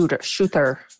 shooter